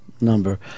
number